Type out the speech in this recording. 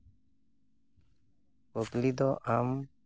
ᱠᱩᱠᱞᱤ ᱫᱚ ᱟᱢ